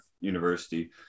university